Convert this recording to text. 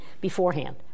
beforehand